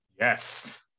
Yes